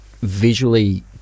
visually